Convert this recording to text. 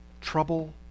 trouble